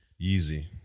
Easy